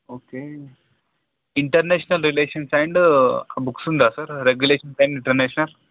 okay international relations and books ఉందా sir regulations and international